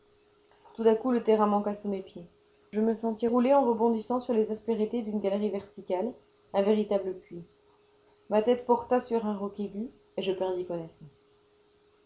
tout à coup le terrain manqua sous mes pieds je me sentis rouler en rebondissant sur les aspérités d'une galerie verticale un véritable puits ma tête porta sur un roc aigu et je perdis connaissance